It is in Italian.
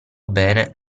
bene